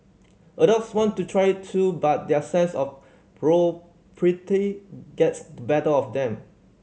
adults want to try it too but their sense of propriety gets the better of them